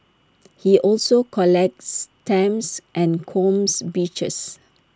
he also collects stamps and combs beaches